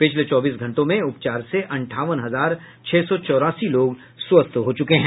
पिछले चौबीस घंटों में उपचार से अंठावन हजार छह सौ चौरासी लोग स्वस्थ हुए हैं